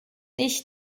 ich